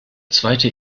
zweite